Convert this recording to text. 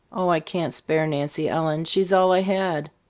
oh, i can't spare nancy ellen, she's all i had!